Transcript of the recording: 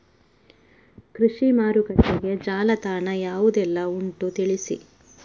ಕೃಷಿ ಮಾರುಕಟ್ಟೆಗೆ ಜಾಲತಾಣ ಯಾವುದೆಲ್ಲ ಉಂಟು ತಿಳಿಸಿ